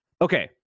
Okay